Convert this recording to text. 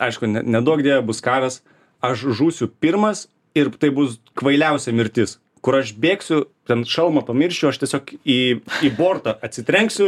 aišku neduok dieve bus karas aš žūsiu pirmas ir tai bus kvailiausia mirtis kur aš bėgsiu ten šalmą pamiršiu aš tiesiog į bortą atsitrenksiu